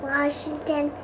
Washington